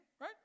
right